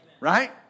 Right